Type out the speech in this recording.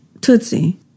Tootsie